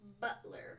Butler